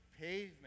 pavement